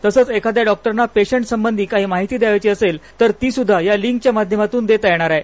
तसच एखाद्या डॉक्टरना पेशंटसंबधी काही माहिती द्यावयाची असेल तर तीही या लिंकच्या माध्यमातून देता येणार आहे